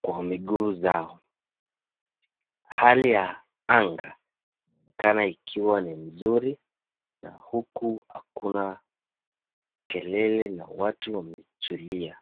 kwa miguu zao. Hali ya anga inaonekana ikiwa ni mzuri na huku hakuna kelele na watu wametulia.